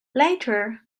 later